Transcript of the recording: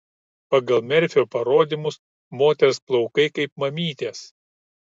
pagal merfio parodymus moters plaukai kaip mamytės